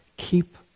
keep